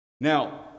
Now